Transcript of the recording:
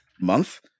month